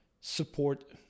support